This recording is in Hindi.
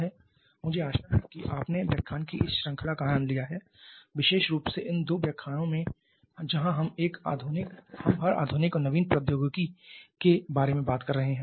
मुझे आशा है कि आपने व्याख्यान की इस श्रृंखला का आनंद लिया है विशेष रूप से इन दो व्याख्यानों में जहां हम हर आधुनिक और नवीन प्रौद्योगिकी के बारे में बात कर रहे हैं